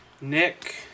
Nick